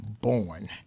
born